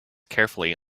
carefully